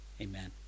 Amen